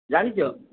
ଜାଣିଛ